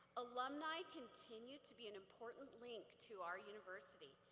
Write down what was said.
alumni continue to be an important link to our university.